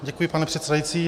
Děkuji, pane předsedající.